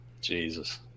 jesus